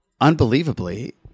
Unbelievably